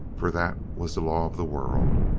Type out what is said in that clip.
for that was the law of the world.